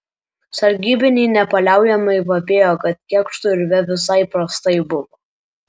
sargybiniai nepaliaujamai vapėjo kad kėkštui urve visai prastai buvo